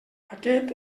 aquest